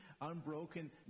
unbroken